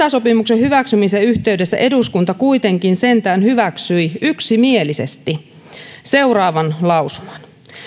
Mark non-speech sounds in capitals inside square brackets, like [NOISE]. [UNINTELLIGIBLE] sopimuksen hyväksymisen yhteydessä eduskunta kuitenkin sentään hyväksyi yksimielisesti seuraavan lausuman